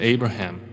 Abraham